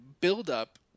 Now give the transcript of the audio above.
build-up